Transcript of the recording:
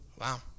Wow